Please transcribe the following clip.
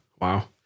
Wow